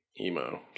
emo